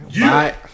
Bye